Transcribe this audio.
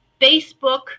Facebook